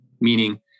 meaning